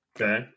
Okay